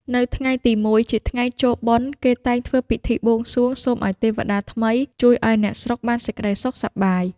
នៅថ្ងៃទី ១ ជាថ្ងៃចូលបុណ្យ គេតែងធ្វើពិធីបួងសួងសូមឱ្យទេវតាថ្មីជួយឱ្យអ្នកស្រុកបានសេចក្តីសុខ សប្បាយ ។